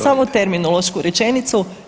Samo terminološku rečenicu.